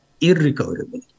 irrecoverable